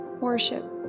worship